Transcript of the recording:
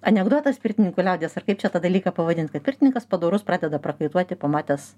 anekdotas pirtininkų liaudies ar kaip čia tą dalyką pavadint kad pirtininkas padorus pradeda prakaituoti pamatęs